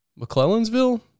McClellansville